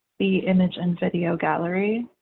the image and video gallery,